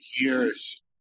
years